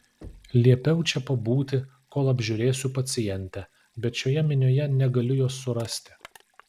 liepiau čia pabūti kol apžiūrėsiu pacientę bet šioje minioje negaliu jos surasti